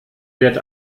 wird